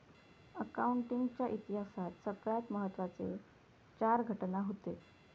accounting च्या इतिहासात सगळ्यात महत्त्वाचे चार घटना हूते